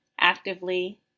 actively